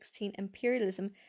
Imperialism